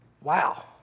Wow